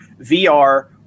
VR